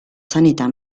sanità